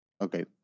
okay